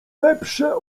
lepsze